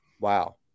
Wow